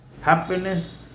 happiness